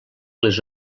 les